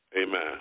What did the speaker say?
Amen